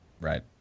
Right